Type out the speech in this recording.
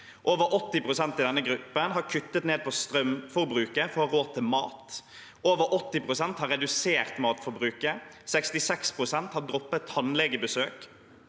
Over 80 pst. i denne gruppen har kuttet ned på strømforbruket for å ha råd til mat. Over 80 pst. har redusert matforbruket. 66 pst. har droppet tannlegebesøk.